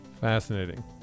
Fascinating